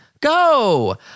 Go